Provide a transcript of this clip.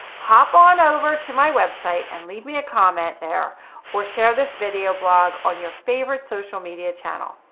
hop on over to my website and leave me a comment there or share this video blog on your favorite social media channel.